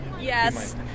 Yes